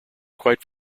quite